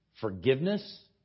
forgiveness